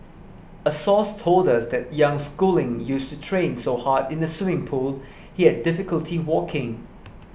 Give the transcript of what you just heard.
a source told us that young schooling used to train so hard in the swimming pool he had difficulty walking